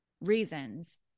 reasons